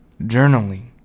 Journaling